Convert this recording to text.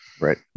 Right